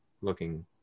looking